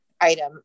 item